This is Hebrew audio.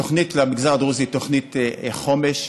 התוכנית למגזר הדרוזי היא תוכנית חומש,